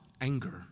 anger